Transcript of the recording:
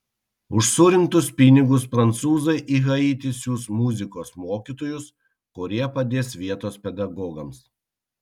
už surinktus pinigus prancūzai į haitį siųs muzikos mokytojus kurie padės vietos pedagogams